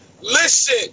Listen